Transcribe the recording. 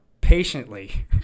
patiently